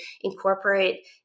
incorporate